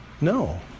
No